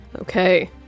Okay